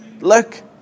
Look